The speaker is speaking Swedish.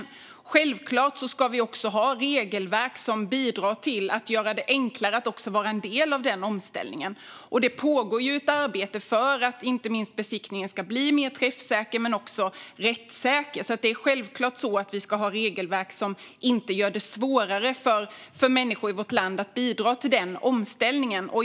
Självklart ska vi också ha regelverk som bidrar till att göra det enklare att vara en del av denna omställning. Det pågår ju ett arbete för att inte minst besiktningen ska bli mer träffsäker men också rättssäker. Vi ska självklart ha regelverk som inte gör det svårare för människor i vårt land att bidra till omställningen.